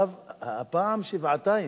הפעם שבעתיים.